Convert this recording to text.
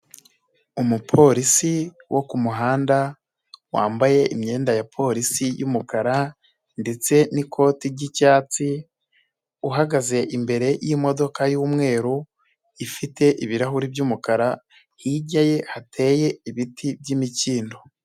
Umuporisi wo ku muhanda, wambaye imyenda ya porisi y'umukara ndetse n'ikoti ry'icyatsi, uhagaze imbere y'imodoka y'umweru ifite ibirahuri by'umukara, hirya ye hateye ibiti by'imikindo.